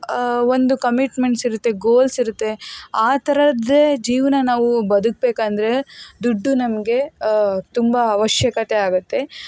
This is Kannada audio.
ಒಂದು ಕಮಿಟ್ಮೆಂಟ್ಸ್ ಇರುತ್ತೆ ಗೋಲ್ಸ್ ಇರುತ್ತೆ ಆ ಥರದ್ದೇ ಜೀವನ ನಾವು ಬದುಕಬೇಕೆಂದ್ರೆ ದುಡ್ಡು ನಮಗೆ ತುಂಬ ಅವಶ್ಯಕತೆ ಆಗುತ್ತೆ